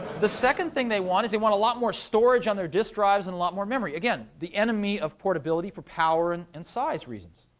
the second thing they want is, they want a lot more storage on their disk drives, and a lot more memory, again, the enemy of portability for power and and size reasons.